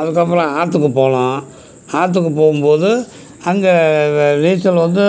அதுக்கப்புறம் ஆற்றுக்கு போனோம் ஆற்றுக்கு போகும்போது அங்கே நீச்சல் வந்து